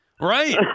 Right